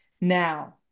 Now